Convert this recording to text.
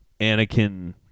Anakin